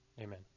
Amen